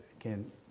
again